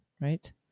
right